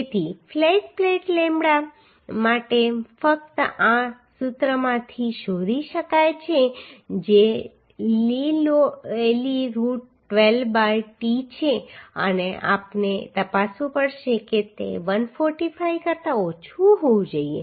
તેથી flat plate lambda માટે ફક્ત આ સૂત્રમાંથી શોધી શકાય છે જે લી રૂટ 12 બાય ટી છે અને આપણે તપાસવું પડશે કે તે 145 કરતા ઓછું હોવું જોઈએ